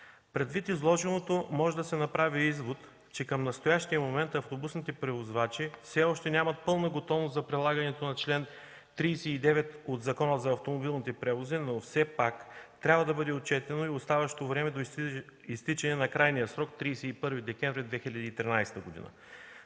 Предвид изложеното, може да се направи извод, че към настоящия момент автобусните превозвачи все още нямат пълна готовност за прилагането на чл. 39 от Закона за автомобилните превози, но все пак трябва да бъде отчетено и оставащото време до изтичане на крайния срок – 31 декември 2013 г.,